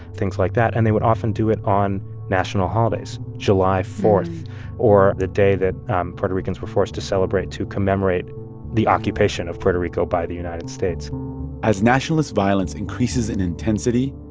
things like that. and they would often do it on national holidays july four or the day that puerto ricans were forced to celebrate to commemorate the occupation of puerto rico by the united states as nationalist violence increases in intensity,